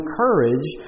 courage